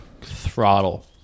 throttle